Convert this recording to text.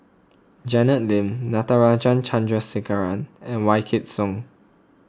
Janet Lim Natarajan Chandrasekaran and Wykidd Song